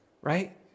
right